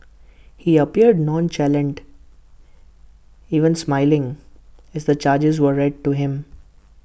he appeared nonchalant even smiling as the charges were read to him